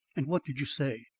and what did you say?